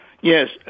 Yes